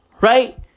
Right